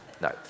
No